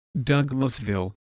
Douglasville